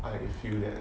I feel that